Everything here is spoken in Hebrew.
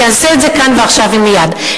שיעשה את זה כאן ועכשיו ומייד,